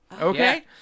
okay